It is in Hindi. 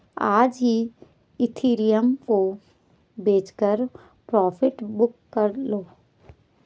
आज ही इथिरियम को बेचकर प्रॉफिट बुक कर लो